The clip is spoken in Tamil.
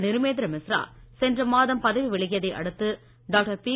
நிருப்பேந்திர மிஸ்ரா சென்றமாதம் பதவிவிலகியதை அடுத்து டாக்டர் பி